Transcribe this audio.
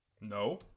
No